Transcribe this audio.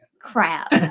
Crap